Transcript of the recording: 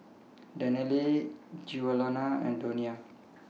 Danelle Giuliana and Donia